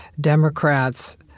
Democrats